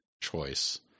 choice